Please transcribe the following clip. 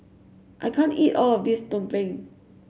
I can't eat all of this Tumpeng